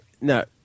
No